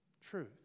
Truth